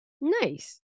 nice